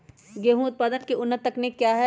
गेंहू उत्पादन की उन्नत तकनीक क्या है?